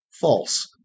false